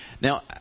Now